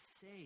say